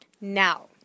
Now